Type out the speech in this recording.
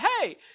hey